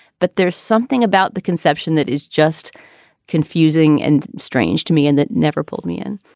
but there's something about the conception that is just confusing and strange to me and that never pulled me in